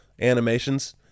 animations